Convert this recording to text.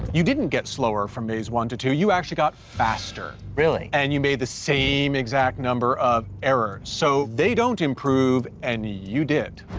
you didn't get slower, from maze one to two, you actually got faster. really. and you made the same exact number of errors, so they don't improve, and you did.